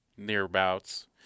nearabouts